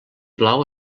blau